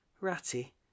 ratty